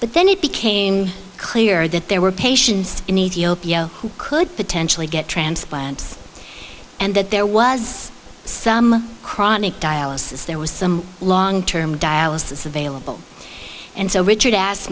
but then it became clear that there were patients in ethiopia who could potentially get transplants and that there was some chronic dialysis there was some long term dialysis available and so richard asked